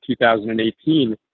2018